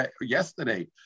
yesterday